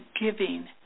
giving